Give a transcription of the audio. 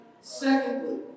Secondly